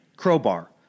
Crowbar